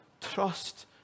trust